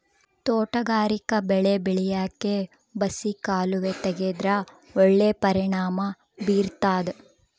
ತೋಟಗಾರಿಕಾ ಬೆಳೆ ಬೆಳ್ಯಾಕ್ ಬಸಿ ಕಾಲುವೆ ತೆಗೆದ್ರ ಒಳ್ಳೆ ಪರಿಣಾಮ ಬೀರ್ತಾದ